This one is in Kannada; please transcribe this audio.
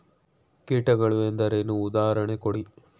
ಕೀಟಗಳು ಎಂದರೇನು? ಉದಾಹರಣೆ ಕೊಡಿ?